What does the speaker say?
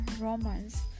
romance